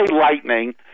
Lightning